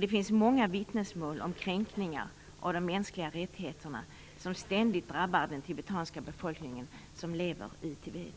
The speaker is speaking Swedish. Det finns många vittnesmål om kränkningar av de mänskliga rättigheterna som ständigt drabbar den tibetanska befolkning som lever i Tibet.